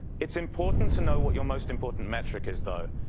it's important to know what your most important metric is though.